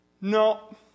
No